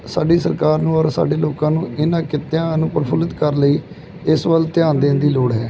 ਸਾਡੀ ਸਰਕਾਰ ਨੂੰ ਔਰ ਸਾਡੇ ਲੋਕਾਂ ਨੂੰ ਇਹਨਾਂ ਕਿੱਤਿਆਂ ਨੂੰ ਪ੍ਰਫੁੱਲਿਤ ਕਰਨ ਲਈ ਇਸ ਵੱਲ ਧਿਆਨ ਦੇਣ ਦੀ ਲੋੜ ਹੈ